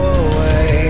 away